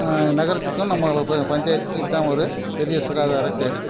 நகரத்துக்கும் நம்ம வ ப பஞ்சாயத்துக்கும் இதுதான் ஒரு பெரிய சுகாதார கேடு